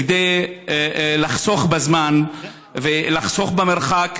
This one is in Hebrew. כדי לחסוך בזמן ולחסוך במרחק,